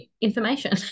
information